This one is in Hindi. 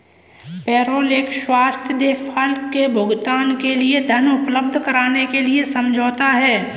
पेरोल कर स्वास्थ्य देखभाल के भुगतान के लिए धन उपलब्ध कराने के लिए समझौता है